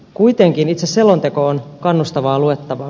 kuitenkin itse selonteko on kannustavaa luettavaa